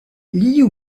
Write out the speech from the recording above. liu